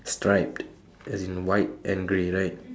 striped as in white and grey right